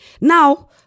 now